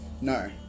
No